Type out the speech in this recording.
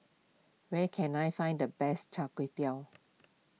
where can I find the best Char Kway Teow